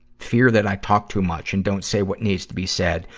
fear that i talk too much and don't say what needs to be said,